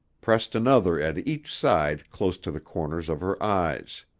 pressed another at each side close to the corners of her eyes.